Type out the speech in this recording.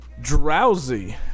drowsy